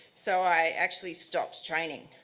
so i actually stopped training.